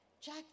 Jack